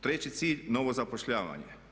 Treći cilj – novo zapošljavanje.